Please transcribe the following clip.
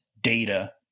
data